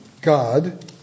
God